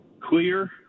clear